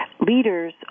leaders